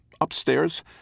upstairs